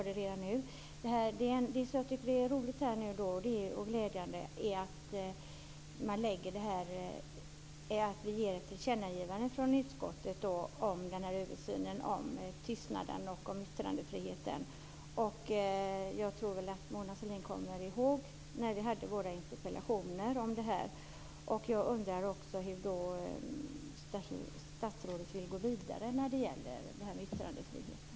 Det som är glädjande är att vi från utskottet nu gör ett tillkännagivande om översynen av tystnaden och yttrandefriheten. Jag tror att Mona Sahlin kommer ihåg våra interpellationsdebatter om det här. Jag undrar också hur statsrådet vill gå vidare när det gäller yttrandefriheten.